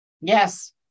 Yes